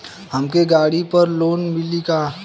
हमके गाड़ी पर लोन मिली का?